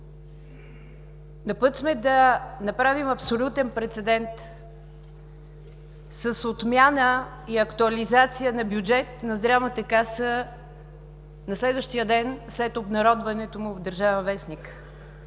На път сме да направим абсолютен прецедент с отмяна и актуализация на бюджет на Здравната каса на следващия ден след обнародването му в „Държавен вестник“